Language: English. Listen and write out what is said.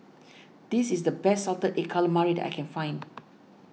this is the best Salted Egg Calamari that I can find